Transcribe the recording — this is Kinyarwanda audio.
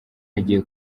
agiye